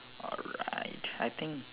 alright I think